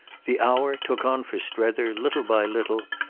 the hour took on for strether, little by little,